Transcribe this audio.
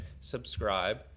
subscribe